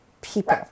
people